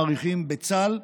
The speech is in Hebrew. מעריכים בצה"ל,